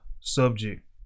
subject